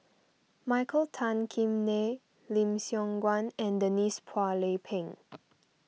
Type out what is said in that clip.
Michael Tan Kim Nei Lim Siong Guan and Denise Phua Lay Peng